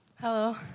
Hello